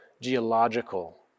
geological